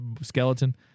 skeleton